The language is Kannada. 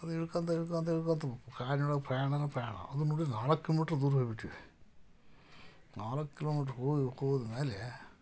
ಅದು ಇಳ್ಕೊಳ್ತಾ ಇಳ್ಕೊಳ್ತಾ ಇಳ್ಕೊಳ್ತಾ ಕಾಡಿನೊಳಗೆ ಪ್ರಯಾಣವೇ ಪ್ರಯಾಣ ಅದು ನೋಡಿದ್ರೆ ನಾಲ್ಕು ಕಿಲೋಮೀಟ್ರ್ ದೂರ ಇಳಿದ್ಬಿಟ್ವಿ ನಾಲ್ಕು ಕಿಲೋಮೀಟ್ರ್ ಹೋದ ಹೋದ ಮೇಲೆ